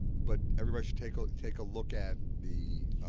but everybody should take ah take a look at the